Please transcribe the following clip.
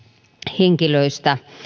henkilöistä